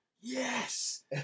yes